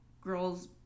girls